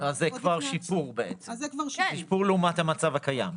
אז זה כבר שיפור בעצם, שיפור לעומת המצב הקיים.